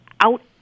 out